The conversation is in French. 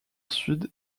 sud